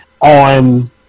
on